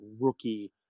rookie